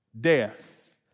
death